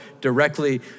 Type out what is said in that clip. directly